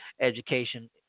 education